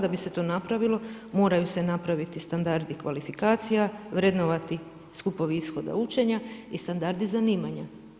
Da bi se to napravilo moraju se napraviti standardi kvalifikacija, vrednovati skupovi ishoda učenja i standardi zanimanja.